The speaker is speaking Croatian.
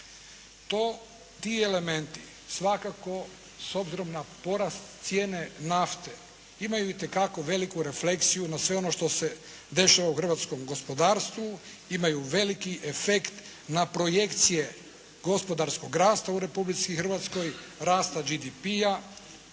To, ti elementi svakako s obzirom na porast cijene nafte, imaju itekako veliku refleksiju na sve ono što se dešava u hrvatskom gospodarstvu, imaju veliki efekt na projekcije gospodarskog rasta u Republici Hrvatskoj, rasta GDP-a